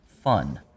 fun